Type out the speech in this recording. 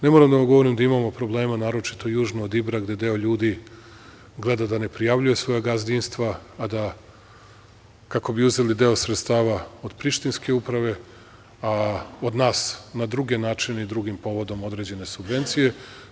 Ne moram da vam govorim da imamo problema naročito južno od Ibra, gde deo ljudi, gleda da ne prijavljuje svoja gazdinstva, a da, kako bi uzeli deo sredstava od prištinske uprave, a od nas na druge načine i drugim povodom određene subvencije.